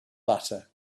butter